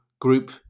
group